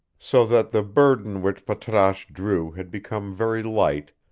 so that the burden which patrasche drew had become very light,